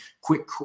quick